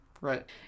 Right